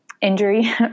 injury